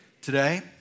Today